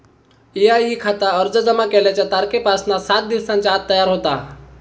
EIE खाता अर्ज जमा केल्याच्या तारखेपासना सात दिवसांच्या आत तयार होता